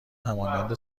همانند